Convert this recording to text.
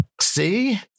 See